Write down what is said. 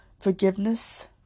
forgiveness